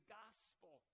gospel